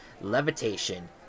levitation